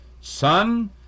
Son